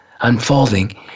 unfolding